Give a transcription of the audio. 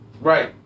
Right